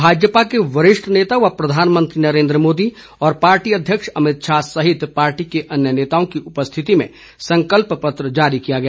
भाजपा के वरिष्ठ नेता व प्रधानमंत्री नरेन्द्र मोदी और पार्टी अध्यक्ष अमित शाह सहित पार्टी के अन्य नेताओं की उपस्थिति में संकल्प पत्र जारी किया गया